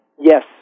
Yes